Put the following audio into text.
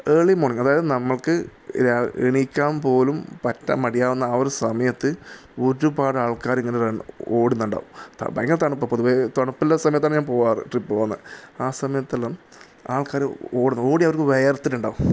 early morning അതായത് നമുക്ക് രാവിലെ എണീക്കാൻ പോലും പറ്റാൻ മടിയാവുന്ന ആ ഒരു സമയത്ത് ഒരുപാട് ആൾക്കാർ ഇങ്ങനെ ഓടുന്നുണ്ടാവും ഭയങ്കര തണുപ്പാണ് പൊതുവെ തണുപ്പുള്ള സമയത്താണ് ഞാൻ പോകാറ് ട്രിപ്പ് പോകുന്നത് ആ സമയത്തെല്ലാം ആൾക്കാർ ഓടുന്ന ഓടി അവർ വിയർത്തിട്ടുണ്ടാകും